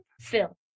Phil